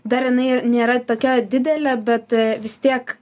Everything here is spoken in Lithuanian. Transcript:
dar jinai nėra tokia didelė bet vis tiek